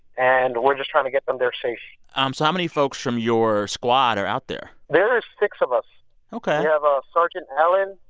and we're just trying to get them there safe um so many folks from your squad are out there? there are six of us ok we have ah sergeant allen,